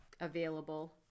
available